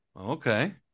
Okay